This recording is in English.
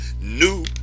new